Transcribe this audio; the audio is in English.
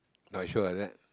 not sure is it